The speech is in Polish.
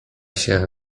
się